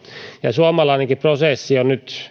suomalainenkin prosessi on nyt